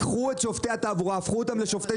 לקחו את שופטי התעבורה והפכו אותם לשופטי